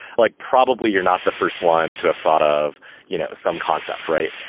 like probably you're not the first one to a thought of you know some concept, right?